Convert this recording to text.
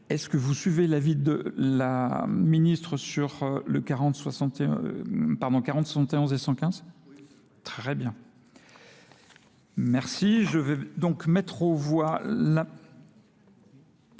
Est-ce que vous suivez l'avis de la ministre sur le 40, 71 et 115 ? Très bien. Merci. Je vais donc mettre au voie